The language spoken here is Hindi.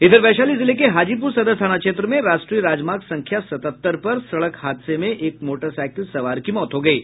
इधर वैशाली जिले के हाजीपुर सदर थाना क्षेत्र में राष्ट्रीय राजमार्ग संख्या सतहत्तर पर सड़क हादसे में एक मोटरसाइकिल सवार की मौत हो गयी